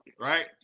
right